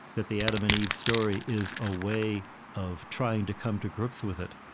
that the adam and eve story is a way of trying to come to grips with it.